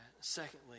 Secondly